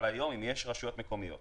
אבל היום אם יש רשויות מקומיות